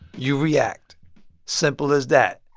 you react simple as that